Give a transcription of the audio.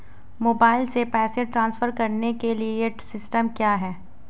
Mobile से पैसे transfer करने के लिए सिस्टम क्या है?